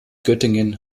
göttingen